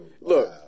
Look